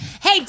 Hey